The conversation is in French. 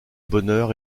bonheur